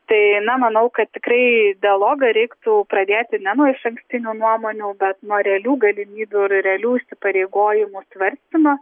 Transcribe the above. tai na manau kad tikrai dialogą reiktų pradėti ne nuo išankstinių nuomonių bet nuo realių galimybių ir realių įsipareigojimų svarstymo